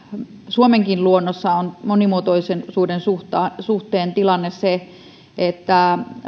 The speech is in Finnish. suomenkin luonnossa on monimuotoisuuden suhteen tilanne se että